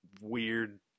weird